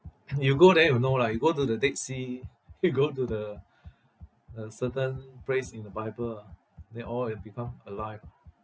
you go there you know lah you go to the dead sea you go to the uh certain place in the bible ah then all will become alive ah